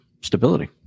stability